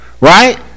Right